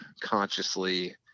consciously